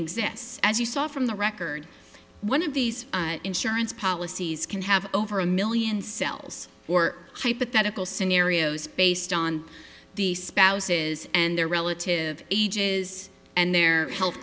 exists as you saw from the record one of these insurance policies can have over a million cells or hypothetical scenarios based on the spouses and their relative ages and their health